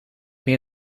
meer